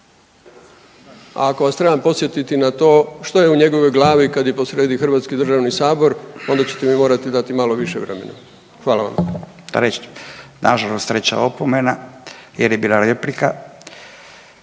A ako vas trebam podsjetiti na to što je u njegovoj glavi kad je posrijedi Hrvatski državni sabor onda ćete mi morati dati malo više vremena. Hvala vam. **Radin, Furio (Nezavisni)** Nažalost treća opomena jer je bila replika.